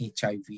HIV